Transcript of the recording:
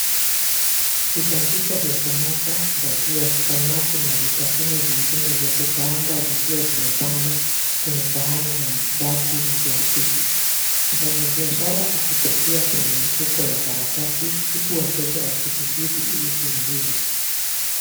Vibandiko vya samosa, bhajia, kaimati na vitafunwa vingine vya kukaanga vikiwa vimepangwa kwenye sahani za mabati na plastiki, mfanyabiashara akipakia kwenye mifuko ya karatasi huku wateja wakisubiri ili kuuziwa.